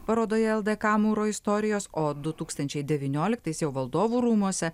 parodoje ldk mūro istorijos o du tūkstančiai devynioliktais jau valdovų rūmuose